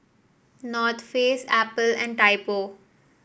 North Face Apple and Typo